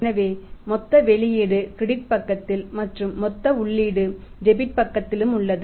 எனவே மொத்த வெளியீடு கிரெடிட் பக்கத்தில் மற்றும் மொத்த உள்ளீடு டெபிட் பக்கத்திலும் உள்ளது